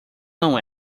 não